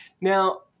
Now